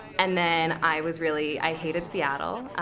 and then i was really i hated seattle.